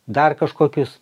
dar kažkokius